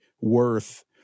worth